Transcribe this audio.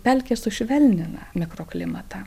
pelkės sušvelnina mikroklimatą